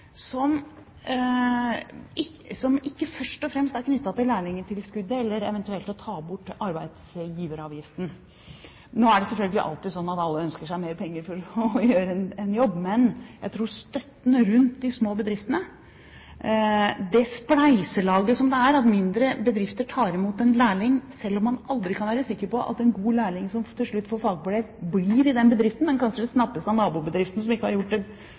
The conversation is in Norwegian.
som ikke først og fremst er knyttet til lærlingtilskuddet eller eventuelt til det å ta bort arbeidsgiveravgiften. Nå er det selvfølgelig alltid sånn at alle ønsker seg mer penger for å gjøre en jobb. Men jeg tror at i støtten rundt de små bedriftene, det spleiselaget som det er at mindre bedrifter tar imot en lærling, selv om man aldri kan være sikker på at en god lærling som til slutt får fagbrev, blir i den bedriften, men kanskje snappes av nabobedriften som ikke har gjort et arbeidsslag for å bidra til opplæringen, er det